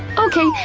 okay,